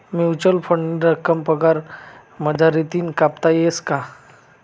Mutual फंडनी रक्कम पगार मझारतीन कापता येस का?